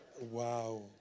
Wow